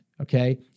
okay